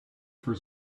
for